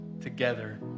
together